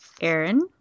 Aaron